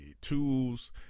tools